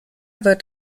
wird